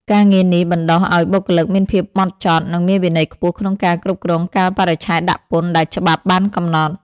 ការងារនេះបណ្តុះឱ្យបុគ្គលិកមានភាពហ្មត់ចត់ និងមានវិន័យខ្ពស់ក្នុងការគ្រប់គ្រងកាលបរិច្ឆេទដាក់ពន្ធដែលច្បាប់បានកំណត់។